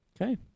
Okay